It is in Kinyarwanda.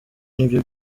nibyo